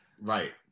right